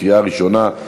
לקריאה ראשונה.